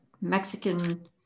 Mexican